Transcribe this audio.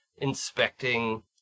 inspecting